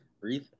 breathe